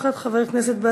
חברת הכנסת חנין זועבי,